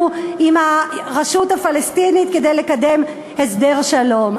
עם הרשות הפלסטינית כדי לקדם הסדר שלום.